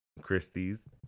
Christie's